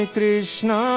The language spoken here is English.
Krishna